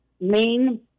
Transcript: main